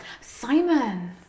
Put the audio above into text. simon